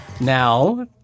now